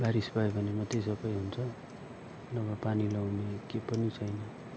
बारिस भयो भने मात्रै सबै हुन्छ नभए पानी नहुनु भने केही पनि छैन